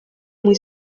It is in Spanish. muy